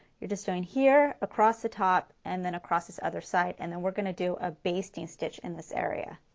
you are just doing here across the top and then across this other side and then we are going to do a basting stitch in this area.